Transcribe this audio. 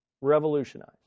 Revolutionize